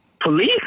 police